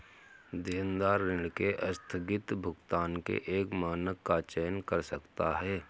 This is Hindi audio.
देनदार ऋण के आस्थगित भुगतान के एक मानक का चयन कर सकता है